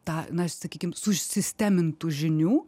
tą na sakykim susistemintų žinių